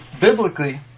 biblically